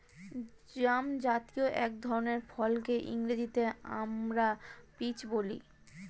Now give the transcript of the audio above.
জামজাতীয় এক ধরনের ফলকে ইংরেজিতে আমরা পিচ বলি